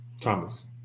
Thomas